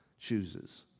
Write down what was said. chooses